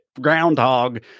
groundhog